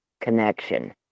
connection